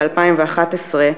ב-2011,